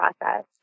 process